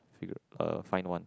fill uh find one